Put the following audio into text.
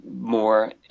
more